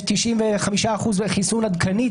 יש 95 אחוזים חיסון עדכני,